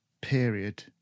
period